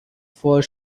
for